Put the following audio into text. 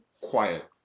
Quiet